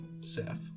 Seth